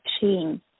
chain